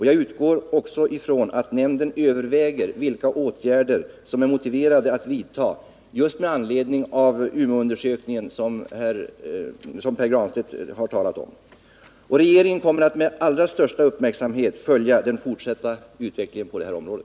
Jag utgår också från att nämnden överväger vilka åtgärder som är motiverade att vidta just med anledning av Umeåundersökningen, som Pär Granstedt har talat om. Regeringen kommer med allra största uppmärksamhet att följa den fortsatta utvecklingen på det här området.